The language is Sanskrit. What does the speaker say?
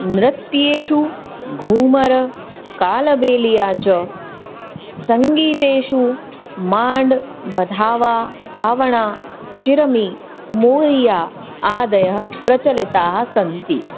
नृत्येषु घूमर् कालबेलिया च सङ्गीतेषु माण्ड् बधावा पावणा चिरमी मूर्या आदयः प्रचलिताः सन्ति